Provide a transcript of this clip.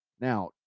Now